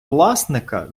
власника